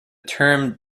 term